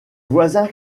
voisins